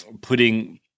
putting